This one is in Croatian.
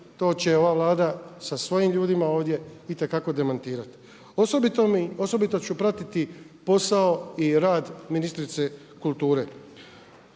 to će ova Vlada sa svojim ljudima ovdje itekako demantirati. Osobito ću pratiti posao i rad ministrice kulture.